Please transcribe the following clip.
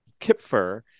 Kipfer